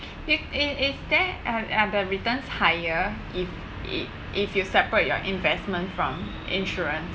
is is is there are are the returns higher if if you separate your investment from insurance